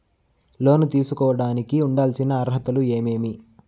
లోను తీసుకోడానికి ఉండాల్సిన అర్హతలు ఏమేమి?